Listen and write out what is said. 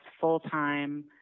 full-time